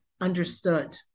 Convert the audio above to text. understood